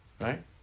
right